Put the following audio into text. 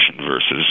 versus